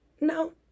no